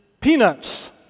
Peanuts